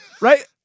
Right